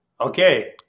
okay